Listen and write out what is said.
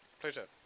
Pleasure